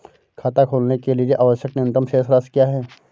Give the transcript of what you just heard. खाता खोलने के लिए आवश्यक न्यूनतम शेष राशि क्या है?